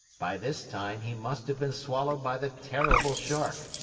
by this time, he must have been swallowed by the terrible shark,